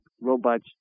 robots